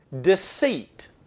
deceit